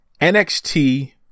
NXT